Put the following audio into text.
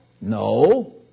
No